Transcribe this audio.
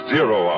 Zero